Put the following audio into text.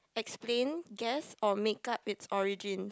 explain guess or make up its origins